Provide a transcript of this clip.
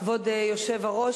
כבוד היושב-ראש,